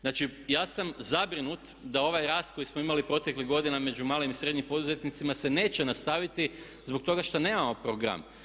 Znači, ja sam zabrinut da ovaj rast koji smo imali u proteklih godina između malim i srednjim poduzetnicima se neće nastaviti zbog toga što nemamo program.